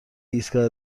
ایستگاه